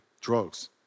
drugs